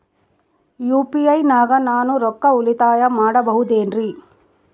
UPI ನಾಗ ನಾನು ರೊಕ್ಕ ಉಳಿತಾಯ ಮಾಡಬಹುದೇನ್ರಿ?